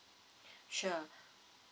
sure